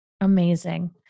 Amazing